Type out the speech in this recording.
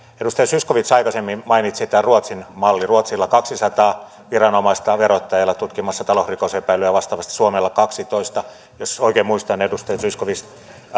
edustaja zyskowicz aikaisemmin mainitsi tämän ruotsin mallin ruotsilla on kaksisataa viranomaista verottajalla tutkimassa talousrikosepäilyjä ja vastaavasti suomella kaksitoista jos oikein muistan edustaja zyskowicz